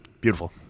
Beautiful